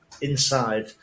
inside